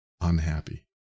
unhappy